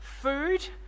food